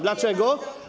Dlaczego?